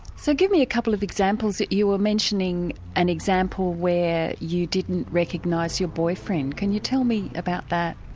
so give me a couple of examples that. you were mentioning an example where you didn't recognise your boyfriend. can you tell me about that?